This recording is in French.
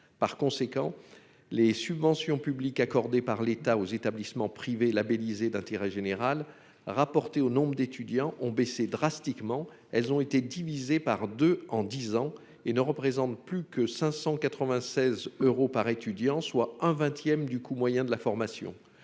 d'étudiants, les subventions publiques octroyées par l'État aux établissements privés labellisés d'intérêt général ont donc baissé drastiquement : elles ont été divisées par deux en dix ans et ne représentent plus que 596 euros par étudiant, soit un vingtième du coût moyen de la formation.